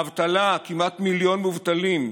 אבטלה, כמעט מיליון מובטלים,